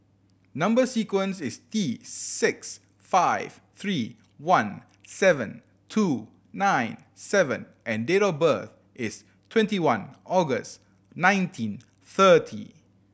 number sequence is T six five three one seven two nine seven and date of birth is twenty one August nineteen thirty